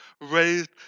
raised